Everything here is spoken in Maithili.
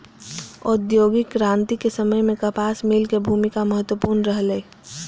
औद्योगिक क्रांतिक समय मे कपास मिल के भूमिका महत्वपूर्ण रहलै